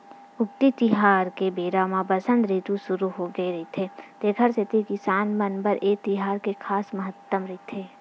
उक्ती तिहार के बेरा म बसंत रितु सुरू होगे रहिथे तेखर सेती किसान मन बर ए तिहार के खास महत्ता हे